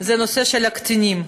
זה הנושא של הקטינים.